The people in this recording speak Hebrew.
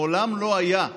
מעולם לא היה,